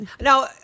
now